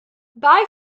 bye